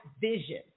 vision